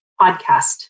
podcast